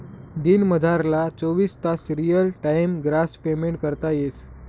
दिनमझारला चोवीस तास रियल टाइम ग्रास पेमेंट करता येस